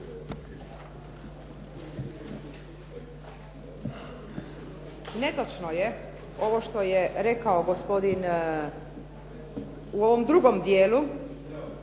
Netočno je ovo što je rekao gospodin u ovom drugom dijelu,